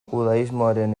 judaismoaren